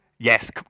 Yes